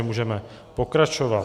Můžeme pokračovat.